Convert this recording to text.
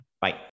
Bye